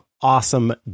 awesome